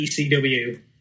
ECW